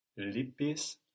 Lipis